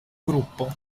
gruppo